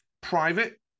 Private